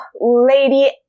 Lady